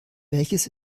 welches